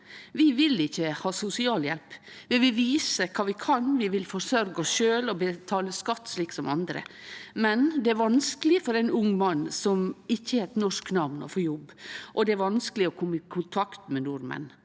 Vi vil ikkje ha sosialhjelp, vi vil vise kva vi kan. Vi vil forsørgje oss sjølve og betale skatt slik som andre, men det er vanskeleg for ein ung mann som ikkje har eit norsk namn, å få jobb, og det er vanskeleg å kome i kontakt med nordmenn.